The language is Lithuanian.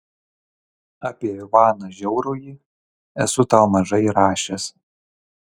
apie ivaną žiaurųjį esu tau mažai rašęs